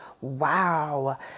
Wow